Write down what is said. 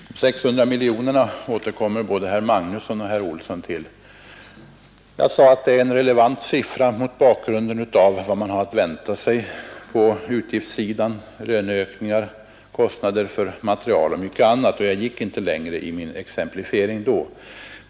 De 600 miljonerna återkommer både herr Magnusson och herr Olsson till. Jag sade att det är en relevant siffra mot bakgrunden av vad man har att vänta sig på utgiftssidan — löneökningar och kostnader för materiel och mycket annat — och jag gick inte längre i min exemplifiering då.